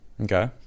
Okay